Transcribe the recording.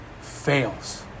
fails